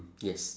yes